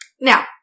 now